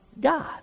God